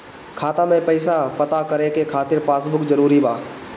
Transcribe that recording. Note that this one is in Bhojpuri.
खाता में पईसा पता करे के खातिर पासबुक जरूरी बा?